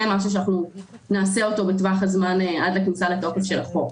דבר שנעשה בטווח הזמן עד הכניסה לתוקף של החוק,